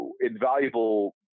invaluable